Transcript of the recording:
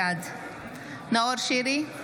בעד נאור שירי,